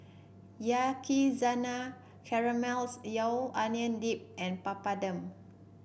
Yakizakana Onion Dip and Papadum